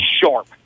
sharp